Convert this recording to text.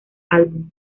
álbum